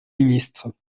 ministre